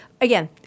Again